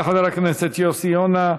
תודה לחבר הכנסת יוסי יונה.